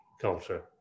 culture